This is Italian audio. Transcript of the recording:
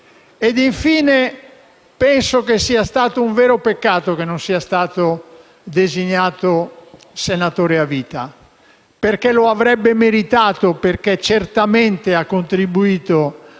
Infine, penso sia stato un vero peccato che non sia stato nominato senatore a vita; lo avrebbe meritato perché certamente ha contributo a